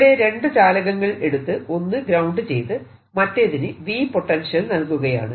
ഇവിടെ രണ്ടു ചാലകങ്ങൾ എടുത്ത് ഒന്ന് ഗ്രൌണ്ട് ചെയ്ത് മറ്റേതിന് V പൊട്ടൻഷ്യൽ നൽകുകയാണ്